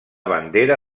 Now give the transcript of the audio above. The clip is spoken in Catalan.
bandera